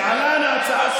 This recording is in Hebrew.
לא תהיה אחרי